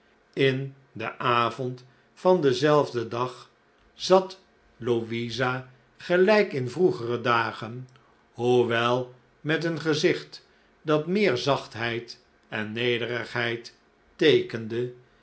in den avond van denzelfden dag zat louisa gelijk in vroegere dagen hoewel met een gezicht dat meer zachtheid en nederigheid teekende